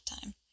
time